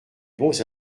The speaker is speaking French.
bons